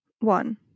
One